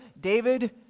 david